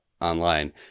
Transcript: online